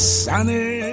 sunny